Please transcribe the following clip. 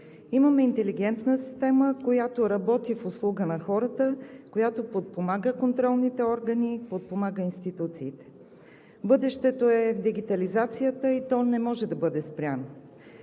Имаме интелигентна система, която работи в услуга на хората, подпомага контролните органи, подпомага институциите. Бъдещето е в дигитализацията и то не може да бъде спряно.